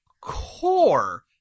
core